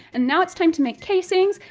and now it's time to make casings,